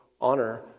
honor